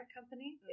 company